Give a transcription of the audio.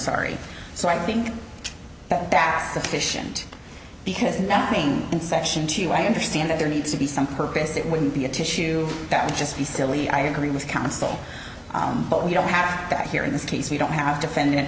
sorry so i think that pass the fish and because nothing in section two i understand that there needs to be some purpose it wouldn't be a tissue that would just be silly i agree with counsel but we don't have that here in the states we don't have to fend